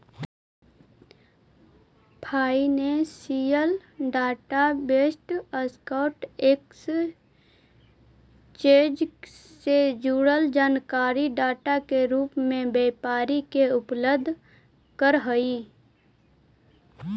financial data vendor stock exchange से जुड़ल जानकारी डाटा के रूप में व्यापारी के उपलब्ध करऽ हई